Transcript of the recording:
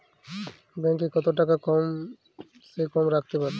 Bank এ কত টাকা কম সে কম রাখতে পারি?